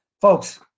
Folks